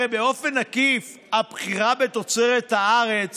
הרי באופן עקיף הבחירה בתוצרת הארץ